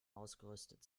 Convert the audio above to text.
ausgerüstet